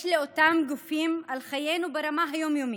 לאותם גופים על חיינו ברמה היום-יומית.